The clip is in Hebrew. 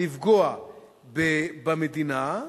לפגוע במדינה,